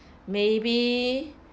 maybe